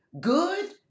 good